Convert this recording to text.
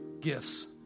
gifts